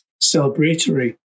celebratory